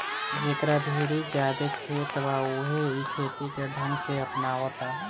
जेकरा भीरी ज्यादे खेत बा उहे इ खेती के ढंग के अपनावता